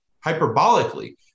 hyperbolically